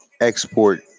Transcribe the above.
export